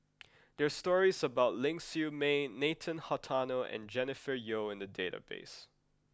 there are stories about Ling Siew May Nathan Hartono and Jennifer Yeo in the database